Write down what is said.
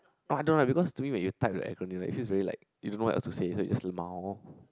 I don't know ah because to me when you type the acronym it feels very like you don't know what to associate it with so you just lmao